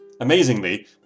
Amazingly